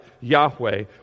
Yahweh